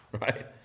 right